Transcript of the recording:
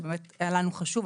זה באמת היה לנו חשוב.